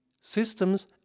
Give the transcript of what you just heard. systems